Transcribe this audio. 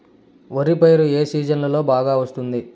వరి పైరు ఏ సీజన్లలో బాగా వస్తుంది